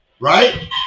Right